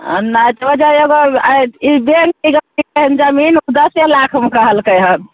जमीन दसे लाखमे कहलकय हन